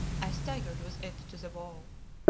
i staggered with it to the wall.